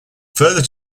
further